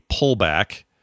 pullback